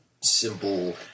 simple